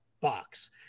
box